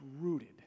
rooted